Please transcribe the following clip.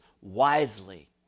wisely